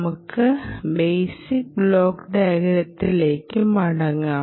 നമുക്ക് basic block ഡയഗ്രത്തിലേക്ക് മടങ്ങാം